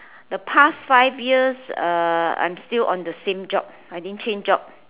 the past five years uh I'm still on the same job I didn't change job